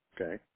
okay